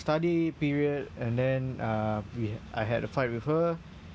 study period and then uh we I had a fight with her